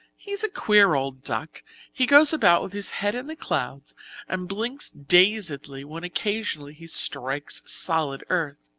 he's a queer old duck he goes about with his head in the clouds and blinks dazedly when occasionally he strikes solid earth.